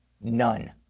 None